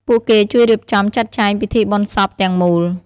ពួកគេជួយរៀបចំចាត់ចែងពិធីបុណ្យសពទាំងមូល។